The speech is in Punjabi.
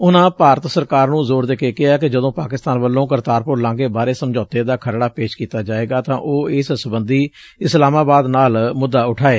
ਉਨੂਾ ਭਾਰਤ ਸਰਕਾਰ ਨੂੰ ਜ਼ੋਰ ਦੇ ਕੇ ਕਿਹੈ ਕਿ ਜਦੋਂ ਪਾਕਿਸਤਾਨ ਵੱਲੋਂ ਕਰਤਾਰਪੁਰ ਲਾਘੇ ਬਾਰੇ ਸਮਝੌਤੇ ਦਾ ਖਰੜਾ ਪੇਸ਼ ਕੀਤਾ ਜਾਏਗਾ ਤਾਂ ਉਹ ਇਸ ਸਬੰਧੀ ਇਸਲਾਮਾਬਾਦ ਨਾਲ ਮੁੱਦਾ ਉਠਾਏ